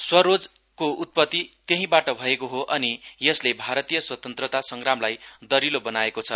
स्वराजको उत्पती त्यहीबाट भएको हो अनि यसले भारतीय स्वतन्त्रता संग्रामलाई दरिलो बनाएको छ